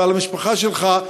ועל המשפחה שלך,